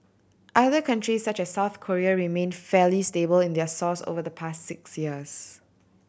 other countries such as South Korea remained fairly stable in their source over the past six years